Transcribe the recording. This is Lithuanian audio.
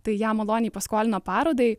tai ją maloniai paskolino parodai